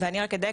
ואני רק אדייק,